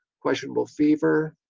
questionable fever.